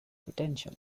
potential